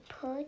put